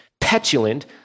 petulant